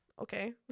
Okay